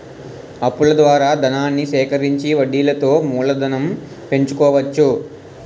అప్పుల ద్వారా ధనాన్ని సేకరించి వడ్డీలతో మూలధనం పెంచుకోవచ్చు